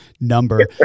number